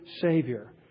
Savior